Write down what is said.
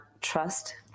trust